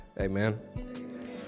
Amen